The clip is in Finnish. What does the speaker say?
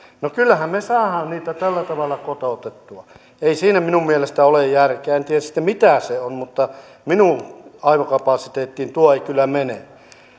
no kyllähän me saamme ne tällä tavalla kotoutettua ei siinä minun mielestäni ole järkeä en tiedä sitten mitä se on mutta minun aivokapasiteettiini tuo ei kyllä mene